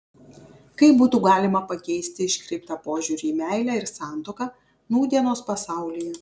kaip būtų galima pakeisti iškreiptą požiūrį į meilę ir santuoką nūdienos pasaulyje